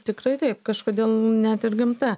tikrai taip kažkodėl net ir gamta